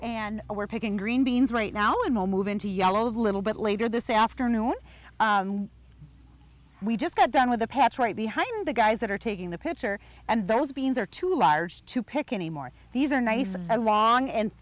and we're picking green beans right now and we'll move into yellow a little bit later this afternoon we just got done with the patch right behind the guys that are taking the picture and those beans are too large to pick anymore these are nice and long and